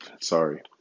sorry